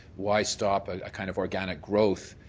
why stop a kind of organic growth,